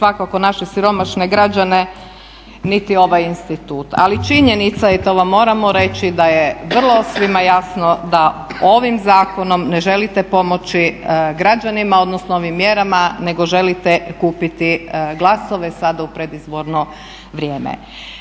svakako naše siromašne građane niti ovaj institut. Ali činjenica je, i to vam moramo reći, da je vrlo svima jasno da ovim zakonom ne želite pomoći građanima, odnosno ovim mjerama, nego želite kupiti glasove sada u predizborno vrijeme.